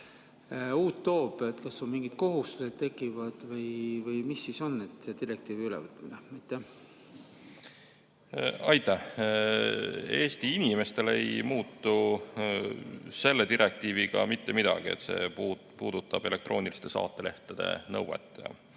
uut toob. Kas mingid kohustused tekivad või mida siis tähendab selle direktiivi ülevõtmine? Aitäh! Eesti inimestel ei muutu selle direktiiviga mitte midagi. See puudutab elektrooniliste saatelehtede nõuet